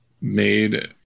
made